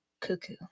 Cuckoo